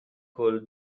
col